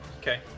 Okay